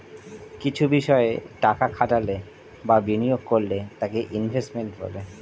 কিছু বিষয় টাকা খাটালে বা বিনিয়োগ করলে তাকে ইনভেস্টমেন্ট বলে